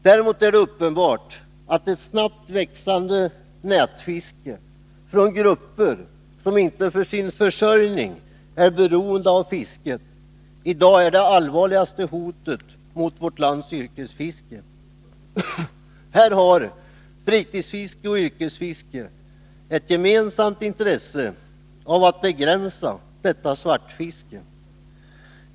Däremot är det uppenbart att ett snabbt växande nätfiske av grupper som inte för sin försörjning är beroende av fisket i dag är det allvarligaste hotet mot vårt lands yrkesfiske. Här har fritidsfiske och yrkesfiske ett gemensamt intresse av att begränsa detta svartfiske.